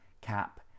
Cap